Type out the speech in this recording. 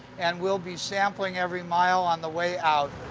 and we'll be sampling every mile on the way out.